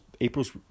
April's